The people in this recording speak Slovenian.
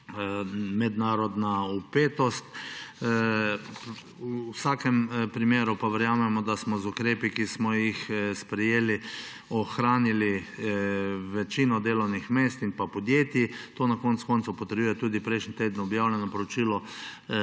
mednarodna vpetost. V vsakem primeru pa verjamemo, da smo z ukrepi, ki smo jih sprejeli, ohranili večino delovnih mest in pa podjetij. To na koncu koncev potrjuje tudi prejšnji teden objavljeno poročilo